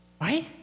Right